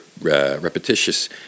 repetitious